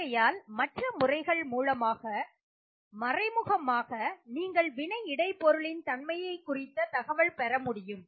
ஆகையால் மற்ற முறைகள் மூலமாக மறைமுகமாக நீங்கள் வினை இடை பொருளின் தன்மை குறித்த தகவலை பெற முடியும்